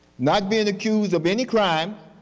not being accused of any crime,